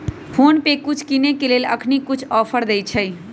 PhonePe कुछ किनेय के लेल अखनी कुछ ऑफर देँइ छइ